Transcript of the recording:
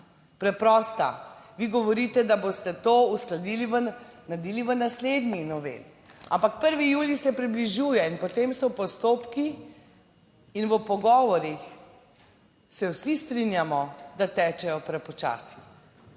preprosta. Vi govorite, da boste to uskladili, naredili v naslednji noveli, ampak 1. julij se približuje in potem so postopki, in v pogovorih se vsi strinjamo, da tečejo prepočasi.